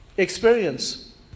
experience